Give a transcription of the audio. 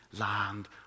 land